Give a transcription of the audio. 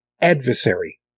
adversary